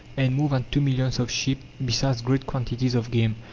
and more than two millions of sheep, besides great quantities of game.